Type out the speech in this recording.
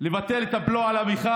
לבטל את הבלו על הפחם,